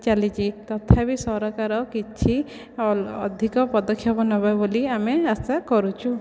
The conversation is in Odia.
ଚାଲିଛି ତଥାବି ସରକାର କିଛି ଅଧିକ ପଦକ୍ଷେପ ନେବ ବୋଲି ଆମେ ଆଶା କରୁଛୁ